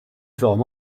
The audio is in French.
forum